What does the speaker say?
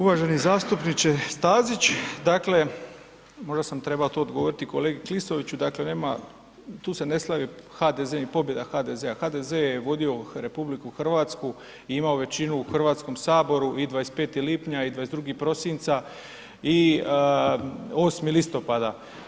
Uvaženi zastupniče Stazić, dakle možda sam trebao to odgovoriti i kolegi Klisoviću, dakle tu se ne slavi HDZ, ni pobjeda HDZ-a, HDZ je vodio RH i imao većinu u Hrvatskom saboru i 25. lipnja i 22. prosinca i 8. listopada.